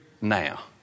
now